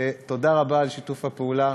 תודה רבה על שיתוף הפעולה,